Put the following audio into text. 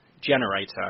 generator